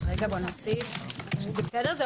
זה המלצה.